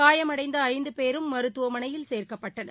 காயமடைந்த ஐந்து பேரும் மருத்துவமனையில் சேர்க்கப்பட்டனர்